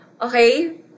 Okay